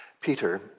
Peter